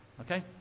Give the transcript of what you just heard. okay